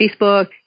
Facebook